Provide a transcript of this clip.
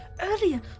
Earlier